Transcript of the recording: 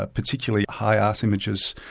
ah particularly high art images,